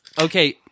okay